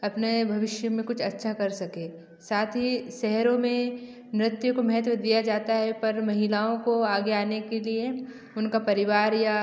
अपने भविष्य में कुछ अच्छा कर सके साथ ही शहरों में नृत्य को महत्व दिया जाता है पर महिलाओं को आगे आने के लिए उनका परिवार या